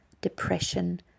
depression